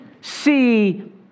see